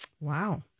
Wow